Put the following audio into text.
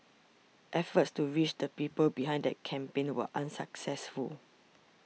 efforts to reach the people behind that campaign were unsuccessful